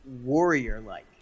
warrior-like